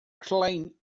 klein